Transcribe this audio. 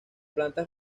plantas